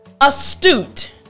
astute